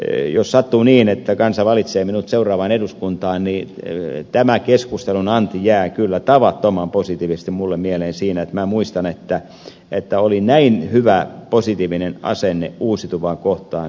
jos sattuu niin että kansa valitsee minut seuraavaan eduskuntaan niin tämän keskustelun anti jää kyllä tavattoman positiivisesti minulle mieleen siinä että muistan että oli näin hyvä positiivinen asenne uusiutuvaa kohtaan